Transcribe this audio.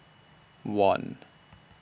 one